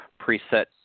preset